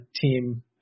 team